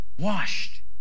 washed